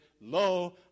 Lo